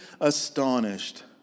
astonished